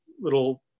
little